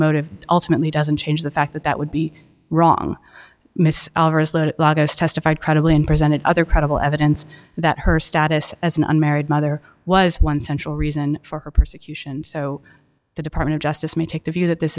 motive ultimately doesn't change the fact that that would be wrong mrs law has testified credibly and presented other credible evidence that her status as an unmarried mother was one central reason for her persecution so the department of justice may take the view that this